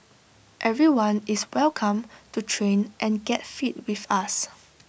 everyone is welcome to train and get fit with us